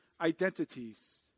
identities